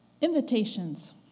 Invitations